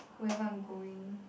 wherever I'm going